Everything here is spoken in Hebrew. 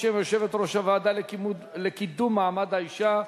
בשם יושבת-ראש הוועדה לקידום מעמד האשה,